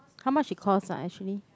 how much it cost ah actually